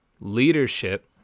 Leadership